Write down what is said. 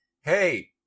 hey